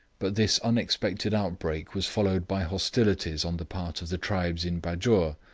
but this unexpected outbreak was followed by hostilities on the part of the tribes in bajour,